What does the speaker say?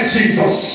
Jesus